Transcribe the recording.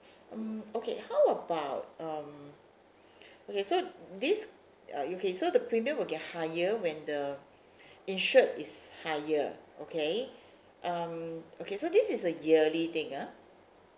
mm okay how about um okay so this uh okay so the premium will get higher when the insured is higher okay um okay so this is a yearly thing ah